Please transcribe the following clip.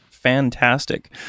fantastic